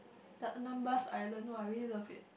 the numbers I learn !wah! I really love it